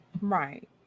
Right